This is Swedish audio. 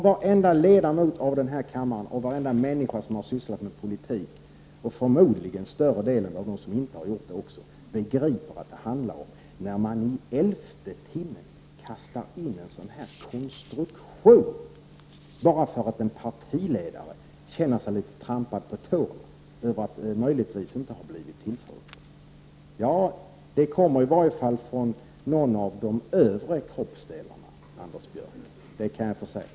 Varje ledamot av denna kammare och varje människa som har sysslat med politik och förmodligen större delen av de andra också begriper att det handlar om detta när man i elfte timmen kastar in en sådan här konstruktion bara för att partiledaren känner sig litet trampad på tårna därför att han möjligtvis inte har blivit tillfrågad. Ja, omsorgen kommer i varje fall från någon av de övre kroppsdelarna, Anders Björck, det kan jag försäkra.